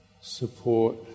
support